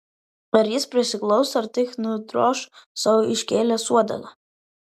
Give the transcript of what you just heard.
ar jis prisiglaus ar tik nudroš sau iškėlęs uodegą